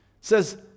says